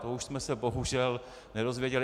To už jsme se bohužel nedozvěděli.